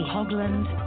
Hogland